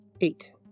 Eight